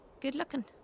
good-looking